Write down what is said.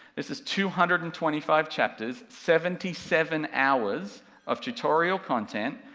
this is two hundred and twenty five chapters, seventy seven hours of tutorial content,